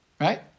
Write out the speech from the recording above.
Right